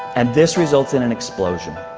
and this results in an explosion,